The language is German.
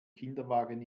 kinderwagen